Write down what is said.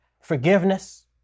forgiveness